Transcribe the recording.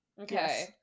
okay